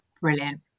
brilliant